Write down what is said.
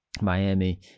Miami